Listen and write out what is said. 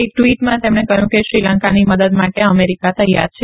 એક ેવી માં તેમણે કહ્યું કે શ્રીલંકાની મદદ માલે મેરીકા તૈયાર છે